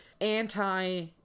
anti